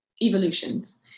evolutions